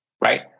right